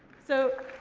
so,